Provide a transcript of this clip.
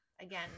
Again